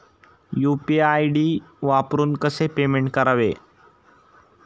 UPI ID वापरून कसे payment करावे?